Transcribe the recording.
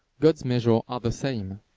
god's measures are the same.